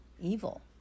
evil